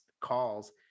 calls